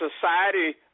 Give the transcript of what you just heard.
society